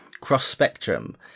cross-spectrum